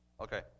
Okay